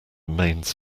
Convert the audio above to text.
mains